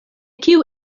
kiu